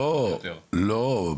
לא, לא.